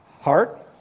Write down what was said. Heart